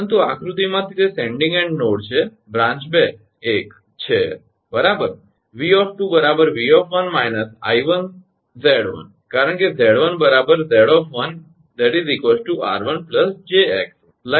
પરંતુ આકૃતિમાંથી તે સેન્ડીંગ એન્ડ નોડ છે બ્રાંચ 2 1 છે બરાબર 𝑉 𝑉 − 𝐼𝑍 કારણ કે 𝑍1 𝑍 𝑟1 𝑗𝑥1